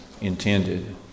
intended